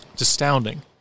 astounding